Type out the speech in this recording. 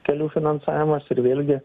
kelių finansavimas ir vėlgi